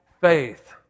faith